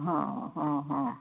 हां हां हां